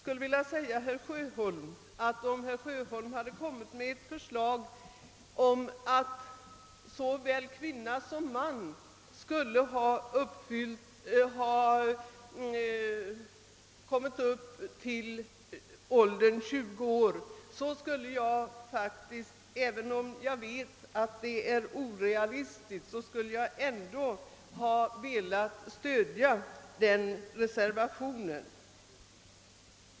Men om herr Sjöholm hade föreslagit att såväl man som kvinna skall ha uppnått 20 års ålder, så skulle jag faktiskt ha stött den reservationen, även om jag vet att det hade varit orealistiskt att tro att ett sådant yrkande skulle vunnit kammarens bifall.